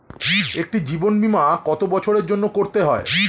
একটি জীবন বীমা কত বছরের জন্য করতে হয়?